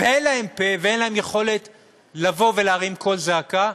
ואין להם פה ואין להם יכולת לבוא ולהרים קול זעקה,